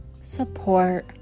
support